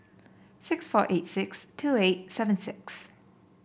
six four eight six two eight seven six